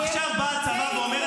עכשיו בא הצבא ואומר,